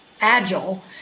agile